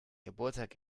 geburtstag